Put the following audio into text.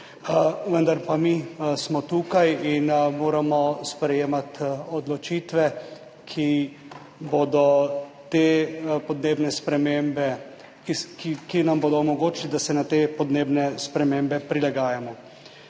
vendar pa mi smo tukaj in moramo sprejemati odločitve, ki nam bodo omogočile, da se na te podnebne spremembe prilagajamo.